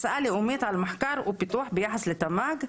על מחקר ופיתוח ביחס לתמ"ג.